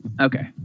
Okay